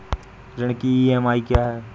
ऋण की ई.एम.आई क्या है?